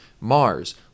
Mars